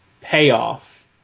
payoff